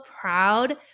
proud